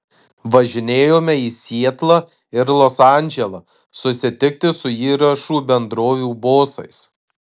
važinėjome į sietlą ir los andželą susitikti su įrašų bendrovių bosais